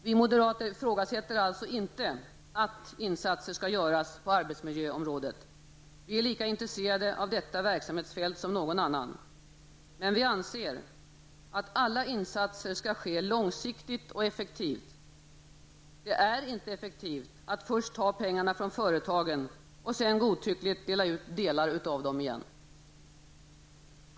Vi moderater ifrågasätter alltså inte att insatser skall göras på arbetsmiljöområdet. Vi är lika intresserade av detta verksamhetsfält som någon annan. Men vi anser att alla insatser skall ske långsiktigt och effektivt. Det är inte effektivt att först ta pengarna från företagen och sedan godtyckligt dela ut delar av dem igen.